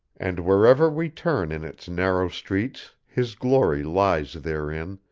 and wherever we turn in its narrow streets his glory lies therein,